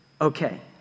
Okay